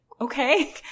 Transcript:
okay